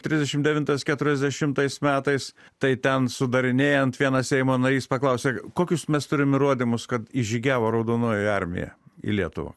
trisdešim devintais keturiasdešimtais metais tai ten sudarinėjant vienas seimo narys paklausė kokius mes turim įrodymus kad įžygiavo raudonoji armija į lietuvą